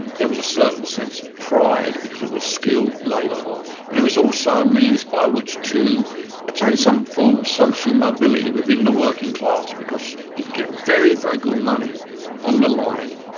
and there was a certain sense of pride because it was skilled labour but it was also a means by which to attain some form of social mobility within the working class because you could get very very good money on the line,